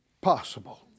possible